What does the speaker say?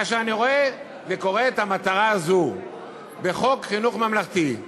כאשר אני רואה וקורא את המטרה הזו בחוק חינוך ממלכתי,